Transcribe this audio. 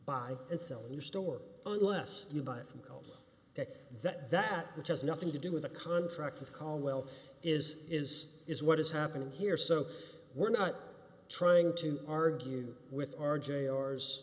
buy and sell in your store unless you buy gold that that that which has nothing to do with a contract with caldwell is is is what is happening here so we're not trying to argue with r j ors